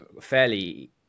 fairly